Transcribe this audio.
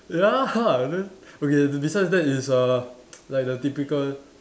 ya then okay be~ besides that is uh like the typical